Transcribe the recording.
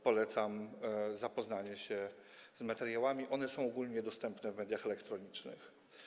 Polecam zapoznanie się z materiałami, one są ogólnie dostępne w mediach elektronicznych.